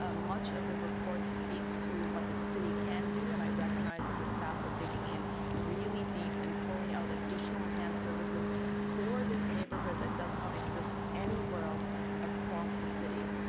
ah much of the report speaks to what the city can do, and i recognize that the staff are digging in really deep and pulling out additional enhanced services for this neighborhood that does not exist anywhere else across the city.